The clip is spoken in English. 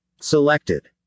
selected